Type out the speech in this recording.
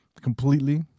completely